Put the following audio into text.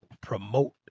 promote